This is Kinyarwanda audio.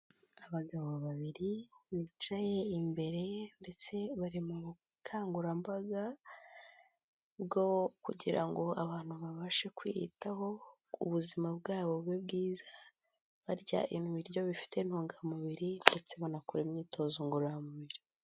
Abagabo babiri bicaye, imbere ye ndetse bari mu bukangurambaga bwo kugira ngo abantu babashe kwiyitaho, ubuzima bwabo bube bwiza, barya ibiryo bifite intungamubiri ndetse banakora imyitozo ngororamubiri.